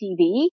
TV